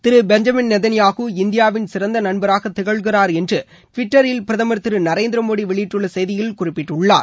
திரு Benjamin Netanyahu இந்தியாவின் சிறந்த நண்பராக திகழ்கிறா் என்று டிவிட்டரில் பிரதமா் திரு நரேந்திர மோடி வெளியிட்டுள்ள செய்தியில் குறிப்பிட்டுள்ளார்